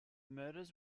murders